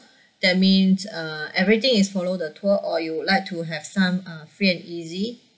that means uh everything is follow the tour or you would like to have some uh free and easy